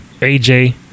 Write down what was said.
AJ